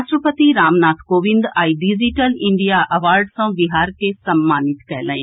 राष्ट्रपति रामनाथ कोविंद आइ digital India award सॅ बिहार के सम्मानित कयलनि